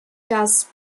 das